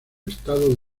estado